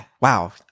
wow